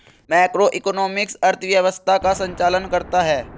macroeconomics अर्थव्यवस्था का संचालन करता है